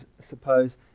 suppose